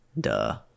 Duh